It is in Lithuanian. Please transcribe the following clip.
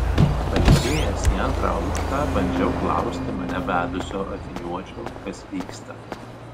palypėjęs į antrą aukštą bandžiau klausti mane vedusio akiniuočio kas vyksta